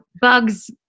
bugs